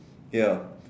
ya